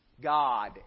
God